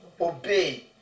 obey